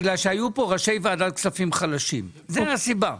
בגלל שהיו פה ראשי ועדת כספים חלשים זו הסיבה.